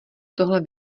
tohle